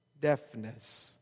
deafness